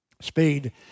speed